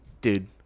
dude